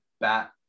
bat